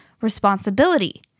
responsibility